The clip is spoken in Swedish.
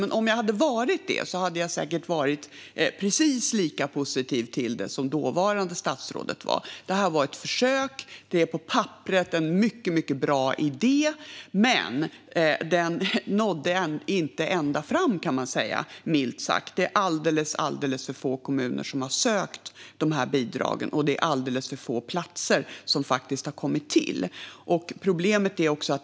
Men om jag hade varit det hade jag säkert varit precis lika positiv till det som dåvarande statsrådet var. Det var ett försök. Det är på papperet en mycket bra idé. Men den nådde inte ända fram, milt sagt. Det är alldeles för få kommuner som har sökt dessa bidrag, och det är alldeles för få platser som faktiskt har kommit till.